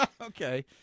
Okay